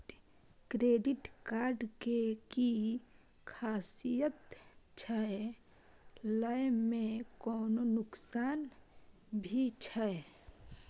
Credit card के कि खासियत छै, लय में कोनो नुकसान भी छै?